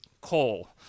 coal